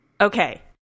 okay